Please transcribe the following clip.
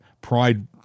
pride